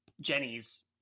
Jenny's